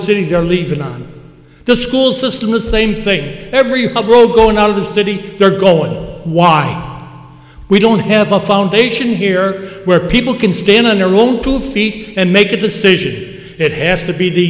don't leave it on the school system the same thing every pub road going out of the city they're going why we don't have a foundation here where people can stand on their own two feet and make a decision it has to be the